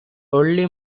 only